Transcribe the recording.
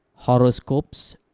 Horoscopes